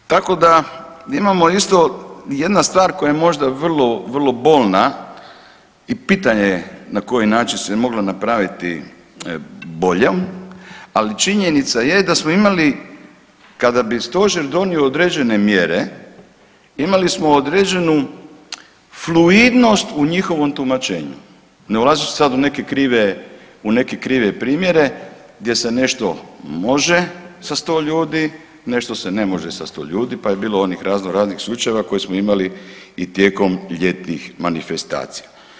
I tako da imamo isto jedna stvar koja je možda vrlo bolna i pitanje je na koji način se mogla napraviti bolje, ali činjenica je da smo imali kada bi stožer donio određene mjere imali smo određenu fluidnost u njihovom tumačenju ne ulazeći sada u neke krive primjere gdje se nešto može sa 100 ljudi, nešto se ne može 100 ljudi, pa je bilo onih raznoraznih slučajeva koje smo imali i tijekom ljetnih manifestacija.